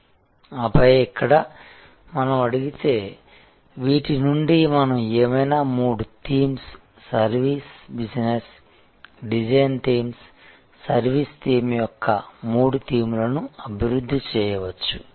png ఆపై ఇక్కడ మనం అడిగితే వీటి నుండి మనం ఏవైనా మూడు themes service service business design themes service theme యొక్క మూడు థీమ్లను అభివృద్ధి చేయవచ్చు